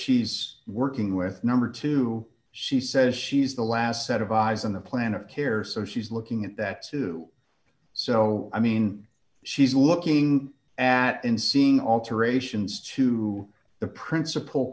she's working with number two she says she's the last set of eyes on the plan of care so she's looking at that too so i mean she's looking at in seeing alterations to the principal